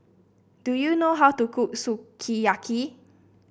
do you know how to cook Sukiyaki